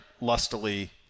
lustily